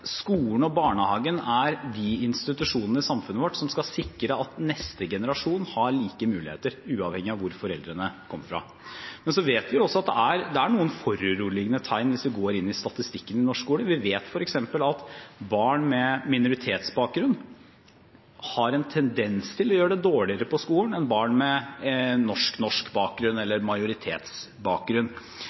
neste generasjon har like muligheter, uavhengig av hvor foreldrene kom fra. Men så vet vi også at det er noen foruroligende tegn som går inn i statistikken i norsk skole. Vi vet f.eks. at barn med minoritetsbakgrunn har en tendens til å gjøre det dårligere på skolen enn barn med majoritetsbakgrunn. Vi vet at f.eks. i Oslo, hvor man har undersøkt dette grundig, har mange barn med minoritetsbakgrunn så dårlig norsk